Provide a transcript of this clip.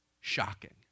shocking